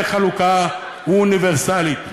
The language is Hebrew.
בחלוקה אוניברסלית.